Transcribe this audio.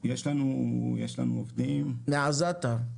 מעזתה.